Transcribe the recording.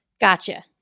Gotcha